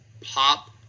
Pop